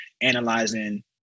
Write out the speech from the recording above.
analyzing